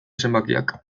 zenbakiak